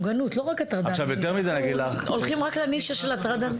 הנושא של מוגנות, ולא רק הטרדה מינית.